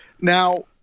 Now